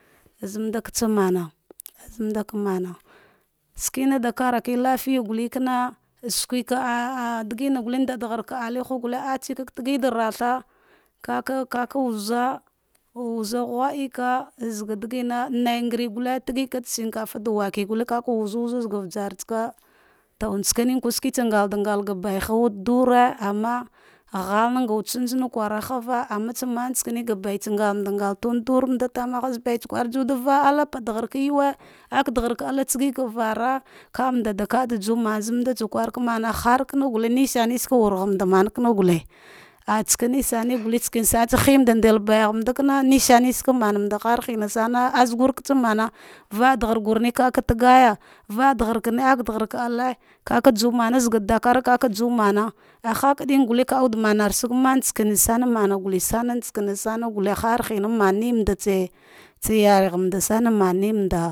Azamanda tsaka noma azmand kamana skena da karika lifiya gate kana suke aaah giding kana sudarghaka atehugulle, katse ta gida ratho vaka wura wura ghideka zaga dagina naingare gute, tagitsa da shinkafa da wake gute ka wuzu wuza ujartsaka to shireme kew shiketsa ngalda ghal buha wude dure, ama ngalna ngawude tsasare kwara amma tsaman saka baiha tsa nga durdure, azah baitsa kwa juwa da va'ala bada ghaka yuwe akdargha ate tsagika vara vamarda juwa mara, ana harkana gulene sa wurahgha mand mana gule, nesane tsare sama atsa hemdelta, baighmakana nesane ana mamanda har hina sana, azkurka mana, vadargh gani akdaghar ka ale kaka juma zah dakara ma ah ahakadin gule kawud maransag mantsana sana, ne sana tsana sana, harhina manditse tsa yarcesh mandsane.